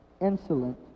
insolent